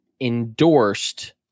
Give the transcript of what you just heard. endorsed